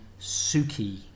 suki